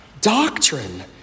doctrine